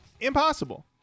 Impossible